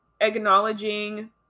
acknowledging